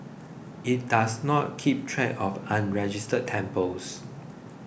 it does not keep track of unregistered temples